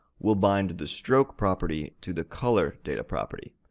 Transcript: we'll bind the stroke property to the color data property.